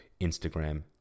Instagram